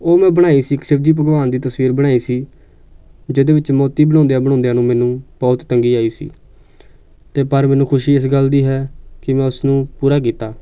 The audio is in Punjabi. ਉਹ ਮੈਂ ਬਣਾਈ ਸੀ ਇੱਕ ਸ਼ਿਵ ਜੀ ਭਗਵਾਨ ਦੀ ਤਸਵੀਰ ਬਣਾਈ ਸੀ ਜਿਹਦੇ ਵਿੱਚ ਮੂਰਤੀ ਬਣਾਉਂਦਿਆ ਬਣਾਉਂਦਿਆਂ ਨੂੰ ਮੈਨੂੰ ਬਹੁਤ ਤੰਗੀ ਆਈ ਸੀ ਅਤੇ ਪਰ ਮੈਨੂੰ ਖੁਸ਼ੀ ਇਸ ਗੱਲ ਦੀ ਹੈ ਕਿ ਮੈਂ ਉਸ ਨੂੰ ਪੂਰਾ ਕੀਤਾ